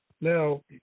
Now